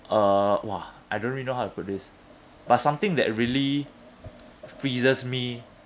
uh !wah! I don't really know how to put this but something that really freezes me